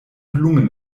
blumen